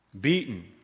Beaten